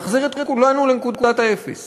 להחזיר את כולנו לנקודת האפס